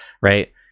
right